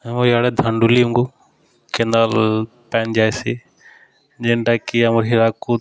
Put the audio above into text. ଆମର୍ ଇଆଡ଼େ ଧାନ୍ ଡୁଲିମାନ୍ଙ୍କୁ କେନାଲ୍ ପାଏନ୍ ଯାଇସି ଯେନ୍ଟାକି ଆମର୍ ହିରାକୁଦ୍